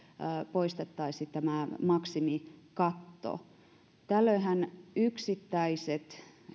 poistettaisiin tämä maksimikatto tällöinhän yksittäisten